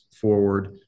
forward